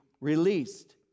released